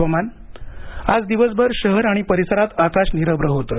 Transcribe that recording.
हवामान आज दिवसभर शहर आणि परिसरात आकाश निरभ्र होतं